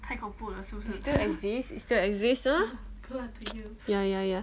it still exist it still exist ya ya ya